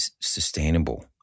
sustainable